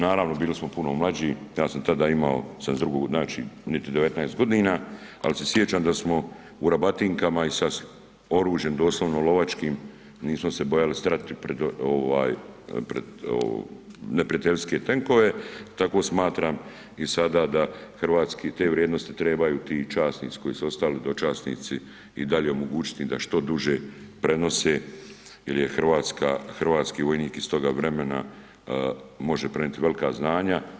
Naravno, bili smo puno mlađi, ja sam tada imao, 72. znači, niti 19 godina, ali se sjećam da smo u rabatinkama i sa oružjem doslovno lovačkim, nismo se bojali stati pred ovaj neprijateljske tenkove, tako smatram i sada da hrvatski te vrijednosti trebaju ti časnici koji su ostali dočasnici i dalje omogućiti da što dulje prenose jer je Hrvatska, hrvatski vojnik iz toga vremena može prenijeti velika znanja.